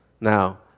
now